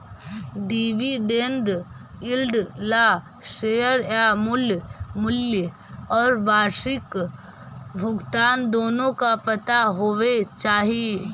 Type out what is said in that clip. dividend yield ला share का मूल मूल्य और वार्षिक भुगतान दोनों का पता होवे चाही